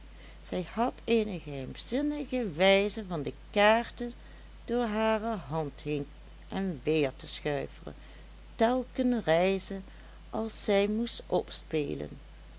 zij had eene geheimzinnige wijze van de kaarten door hare hand heen en weer te schuifelen telken reize als zij moest opspelen